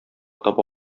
таба